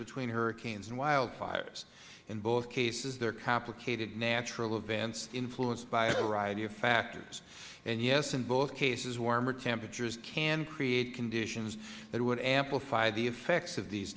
between hurricanes and wildfires in both cases they are complicated natural events influenced by a variety of factors and yes in both cases warmer temperatures can create conditions that would amplify the effects of these